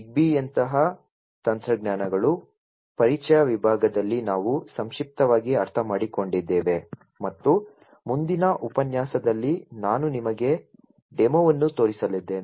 ಜಿಗ್ಬೀಯಂತಹ ತಂತ್ರಜ್ಞಾನಗಳು ಪರಿಚಯ ವಿಭಾಗದಲ್ಲಿ ನಾವು ಸಂಕ್ಷಿಪ್ತವಾಗಿ ಅರ್ಥಮಾಡಿಕೊಂಡಿದ್ದೇವೆ ಮತ್ತು ಮುಂದಿನ ಉಪನ್ಯಾಸದಲ್ಲಿ ನಾನು ನಿಮಗೆ ಡೆಮೊವನ್ನು ತೋರಿಸಲಿದ್ದೇನೆ